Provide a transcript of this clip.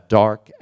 dark